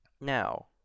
Now